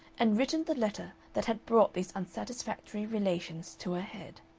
and written the letter that had brought these unsatisfactory relations to a head.